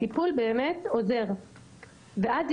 טיפול שעוזר לך,